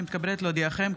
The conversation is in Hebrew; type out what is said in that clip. אני מתכבדת להודיעכם,